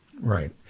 Right